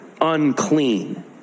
unclean